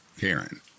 Karen